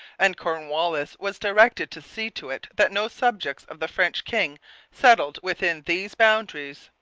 and cornwallis was directed to see to it that no subjects of the french king settled within these boundaries.